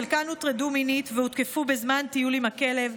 חלקן הוטרדו מינית והותקפו בזמן טיול עם הכלב,